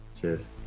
cheers